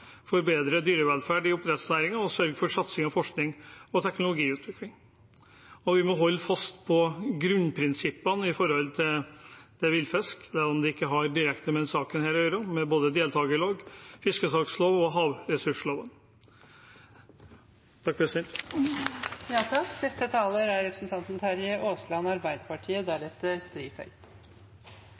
dyrevelferd i oppdrettsnæringen, og en må sørge for satsing på forskning og teknologiutvikling. Vi må holde fast på grunnprinsippene når det gjelder villfisk, selv om det ikke har direkte med denne saken å gjøre, med både deltakerloven, fiskesalgsloven og havressursloven. Det har lenge vært diskutert at havbruksforvaltningen er